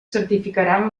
certificaran